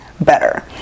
better